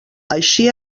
així